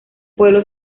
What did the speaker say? pueblo